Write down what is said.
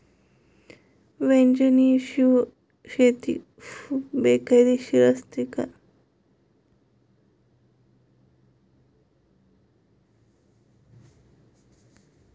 वन्यजीव शेती बेकायदेशीर असते का?